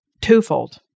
twofold